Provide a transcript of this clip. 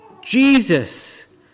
Jesus